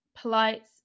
polite